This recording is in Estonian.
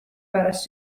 pärast